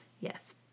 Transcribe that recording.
Yes